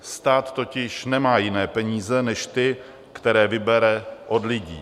Stát totiž nemá jiné peníze než ty, které vybere od lidí.